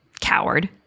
coward